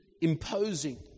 imposing